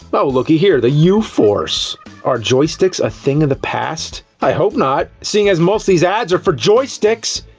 but whoa, lookie here! the yeah u-force! are joysticks a thing of the past? i hope not! seeing as most these ads are for joysticks!